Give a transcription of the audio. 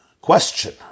Question